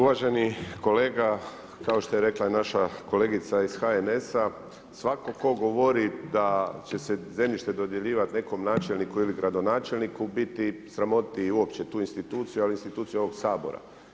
Uvaženi kolega, kao što je rekla naša kolegica iz HNS-a, svatko tko govori da će se zemljište dodjeljivati nekom načelniku ili gradonačelniku u biti sramoti uopće tu instituciju, ali i instituciju ovog Sabora.